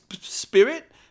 Spirit